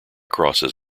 crosses